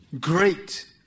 Great